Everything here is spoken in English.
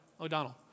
O'Donnell